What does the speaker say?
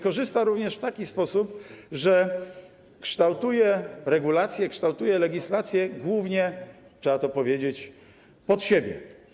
Korzysta również w taki sposób, że kształtuje regulacje, kształtuje legislację głównie, trzeba to powiedzieć, pod siebie.